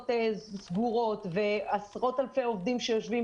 סגורות ועשרות אלפי עובדים שיושבים,